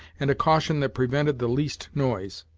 and a caution that prevented the least noise.